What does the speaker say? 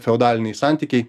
feodaliniai santykiai